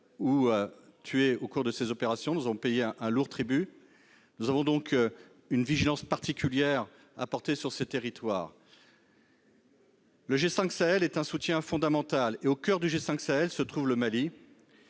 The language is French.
ou tués au cours de ces opérations. Nous avons payé un lourd tribut. Nous devons donc faire preuve d'une vigilance particulière à l'égard de ce territoire. Le G5 Sahel est un soutien fondamental au coeur duquel se trouve le Mali,